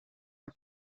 are